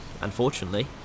unfortunately